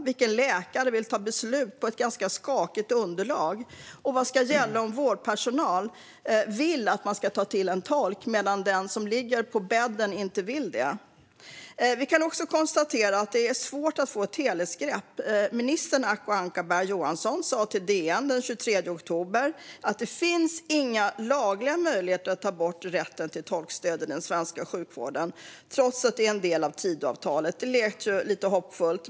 Vilken läkare vill fatta beslut på ett skakigt underlag? Vad ska gälla om vårdpersonal vill använda tolk medan den som ligger på bädden inte vill det? Vi kan också konstatera att det är svårt att få ett helhetsgrepp om detta. Ministern Acko Ankarberg Johansson sa till DN den 23 oktober att det inte finns några lagliga möjligheter att ta bort rätten till tolkstöd i den svenska sjukvården, trots att detta är en del av Tidöavtalet. Det lät lite hoppfullt.